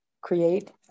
create